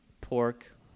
pork